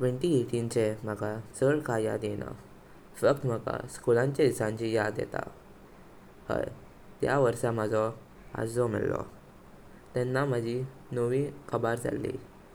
दोन हजार अठरा चे मला चड काई याड येइना। फक्त मला स्कूलाची दीसांची याड येता। हाय, त्या वर्ष माज़ो आजो मेलो। तेन्ना माझी नवी कब्र झाली